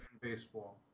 baseball